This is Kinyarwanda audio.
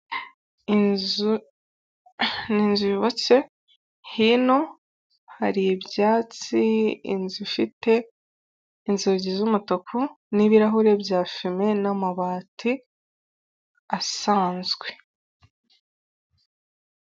Inzu yubatse hino hari ibyatsi inzu ifite inzugi z'umutuku n'ibirahure bya fime n'amabati asanzwe.